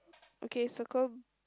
okay circle